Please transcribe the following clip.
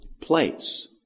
place